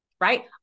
right